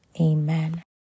amen